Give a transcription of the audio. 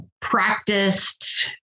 practiced